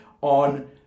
on